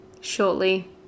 shortly